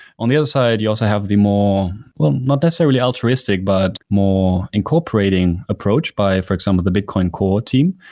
on the other side you also have the more not necessarily altruistic, but more incorporating approach by, for example, the bitcoin core team.